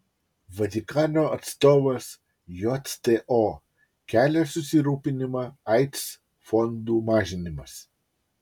vatikano atstovas jto kelia susirūpinimą aids fondų mažinimas